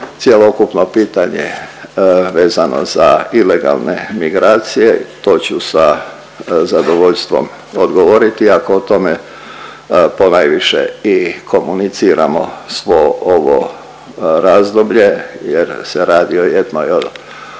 cjelokupno pitanje vezano za ilegalne migracije, to ću sa zadovoljstvom odgovoriti ako o tome ponajviše i komuniciramo svo ovo razdoblje jer se radi o jednoj od